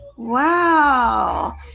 Wow